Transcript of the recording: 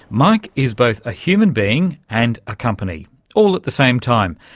mike is both a human being and a company all at the same time,